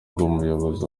rw’umuyobozi